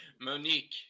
monique